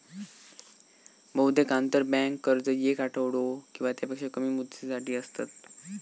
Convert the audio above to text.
बहुतेक आंतरबँक कर्ज येक आठवडो किंवा त्यापेक्षा कमी मुदतीसाठी असतत